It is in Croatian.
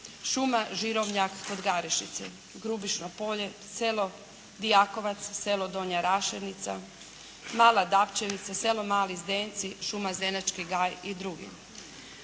šuma Žirovnjak kod Garešnice, Grubišno Polje, selo Dijakovac, selo Donja Rašenica, Mala Dapčevica, selo Mali Zdenci, šuma Zenački gaj i drugi.